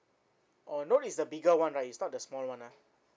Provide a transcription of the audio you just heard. oh note is the bigger [one] right is not the small [one] ah